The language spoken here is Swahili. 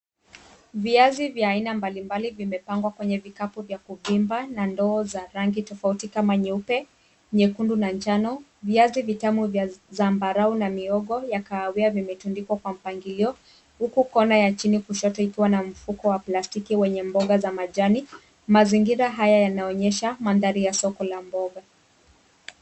Viazi vya aina mbalimbali vimepangwa kwenye vikapu vya kuvimba na ndoo za rangi tofauti kama nyeupe, nyekundu na njano. Viazi vitamu vya zambarau na mihogo ya kahawia vimetundikwa kwa mpangilio huku kona ya chini kushoto ikiwa na mfuko wa plastiki wenye mboga za majani. Mazingira haya yanaonyesha mandhari ya soko la mboga.